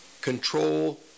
control